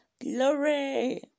Glory